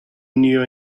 new